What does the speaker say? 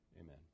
amen